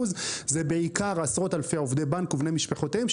זה בעיקר עשרות אלפי עובדי בנק ובני משפחותיהם,